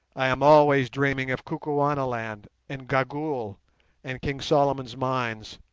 i am always dreaming of kukuanaland and gagool and king solomon's mines.